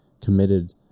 committed